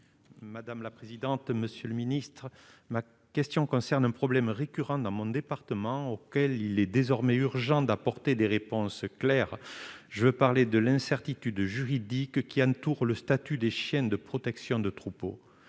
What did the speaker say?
Madame la présidente, monsieur le ministre, ma question concerne un problème récurrent dans mon département, auquel il est désormais urgent d'apporter des réponses claires, je veux parler de l'incertitude juridique qui entoure le statut des chiens de protection de troupeaux,